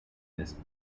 this